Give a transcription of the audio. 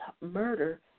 murder